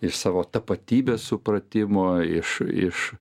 iš savo tapatybės supratimo iš iš